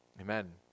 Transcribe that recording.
amen